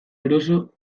eroso